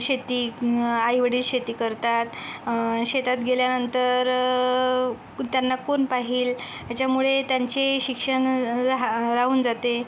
शेती आई वडील शेती करतात शेतात गेल्यानंतर कु त्यांना कोण पाहील त्याच्यामुळे त्यांची शिक्षण रहा राहून जाते